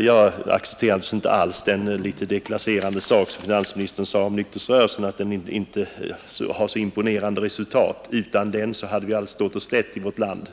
Jag accepterar inte alls det deklasserande uttalande som finansministern gjorde om nykterhetsrörelsen. Utan den hade vi allt stått oss slätt i vårt land.